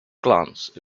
glance